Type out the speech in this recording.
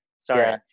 Sorry